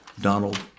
Donald